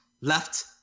left